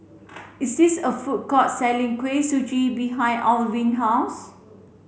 is this a food court selling Kuih Suji behind Alwin's house